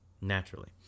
naturally